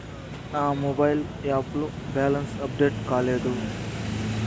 నా mobile app లో balance update కాలేదు